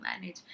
manage